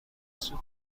سوت